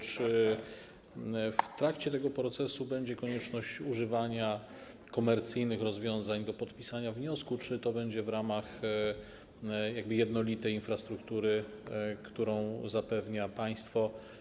Czy w trakcie tego procesu będzie konieczność używania komercyjnych rozwiązań do podpisania wniosku, czy to będzie w ramach jednolitej infrastruktury, którą zapewni państwo?